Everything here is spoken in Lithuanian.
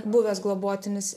buvęs globotinis